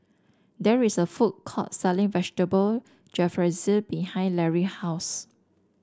there is a food court selling Vegetable Jalfrezi behind Lary house